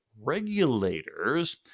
regulators